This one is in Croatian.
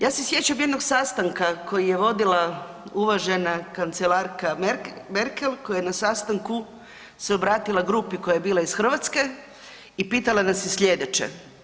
Ja se sjećam jednog sastanka koji je vodila uvažena kancelarka Merkel koja je na sastanku se obratila grupi koja bila iz Hrvatske i pitala nas je slijedeće.